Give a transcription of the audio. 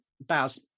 Baz